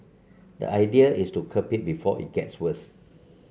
the idea is to curb it before it gets worse